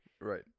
Right